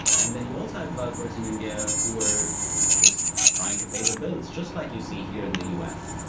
and then you also have developers in india who were just trying to pay the bills. it's just like you see here in the us.